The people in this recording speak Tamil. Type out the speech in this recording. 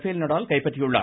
பேல் நடால் கைப்பற்றியுள்ளார்